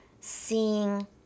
seeing